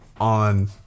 on